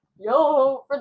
Yo